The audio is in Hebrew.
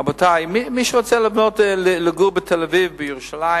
רבותי, מי שרוצה לגור בתל-אביב, בירושלים